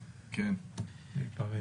בבקשה.